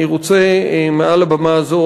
אני רוצה מעל הבמה הזו,